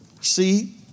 See